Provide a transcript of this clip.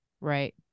Right